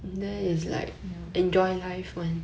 ya